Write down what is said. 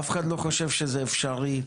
אף אחד לא חושב שזה אפשרי,